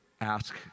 ask